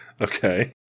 Okay